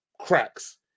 cracks